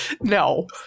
No